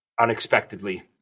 unexpectedly